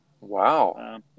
Wow